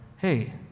Hey